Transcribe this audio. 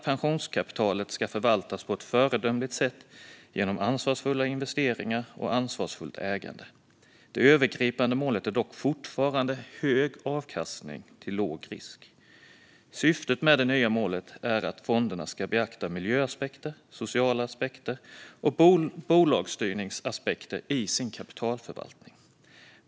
Pensionskapitalet ska förvaltas på ett föredömligt sätt genom ansvarsfulla investeringar och ansvarsfullt ägande. Det övergripande målet är dock fortfarande hög avkastning till låg risk. Syftet med det nya målet är att fonderna ska beakta miljöaspekter, sociala aspekter och bolagsstyrningsaspekter i sin kapitalförvaltning.